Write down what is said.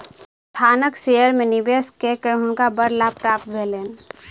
संस्थानक शेयर में निवेश कय के हुनका बड़ लाभ प्राप्त भेलैन